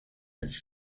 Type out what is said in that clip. its